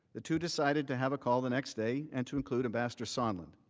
the two decided to have a call the next day and to include ambassador sondland.